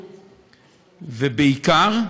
ובעיקר,